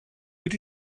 ydy